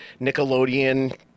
Nickelodeon